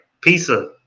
Pizza